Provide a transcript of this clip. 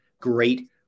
great